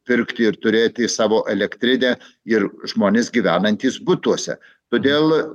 pirkti ir turėti savo elektrinę ir žmonės gyvenantys butuose todėl